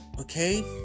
Okay